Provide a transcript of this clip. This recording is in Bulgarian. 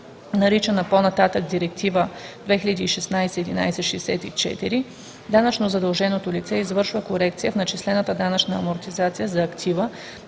наричана по-нататък „Директива (ЕС) 2016/1164“, данъчно задълженото лице извършва корекция в начислената данъчна амортизация за актива,